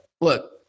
look